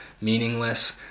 meaningless